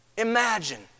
Imagine